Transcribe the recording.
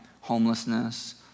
Homelessness